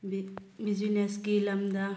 ꯕꯤꯖꯤꯅꯦꯁꯀꯤ ꯂꯝꯗ